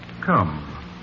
Come